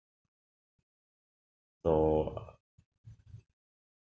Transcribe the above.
so